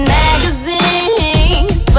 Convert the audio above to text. magazines